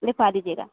लिखवा दीजिएगा